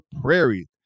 Prairie